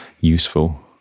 useful